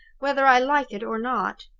whether i like it or not.